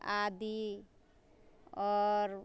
आदि आओर